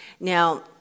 Now